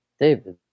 David